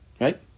Right